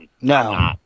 No